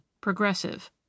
progressive